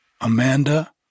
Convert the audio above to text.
Amanda